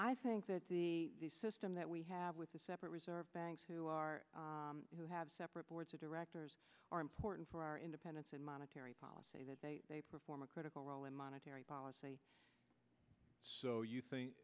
i think that the system that we have with the separate reserve banks who are who have separate boards of directors are important for our independence in monetary policy that they perform a critical role in monetary policy so you think